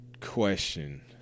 question